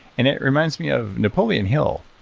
and it reminds me of napoleon hill,